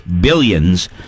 Billions